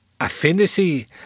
affinity